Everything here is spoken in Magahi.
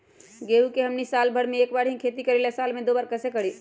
गेंहू के हमनी साल भर मे एक बार ही खेती करीला साल में दो बार कैसे करी?